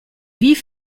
wie